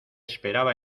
esperaba